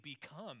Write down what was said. become